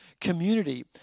community